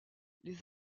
les